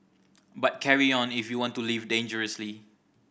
but carry on if you want to live dangerously